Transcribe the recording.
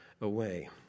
away